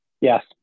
yes